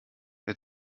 der